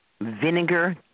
Vinegar